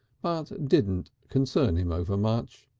but didn't concern him over-much.